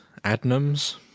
Adnams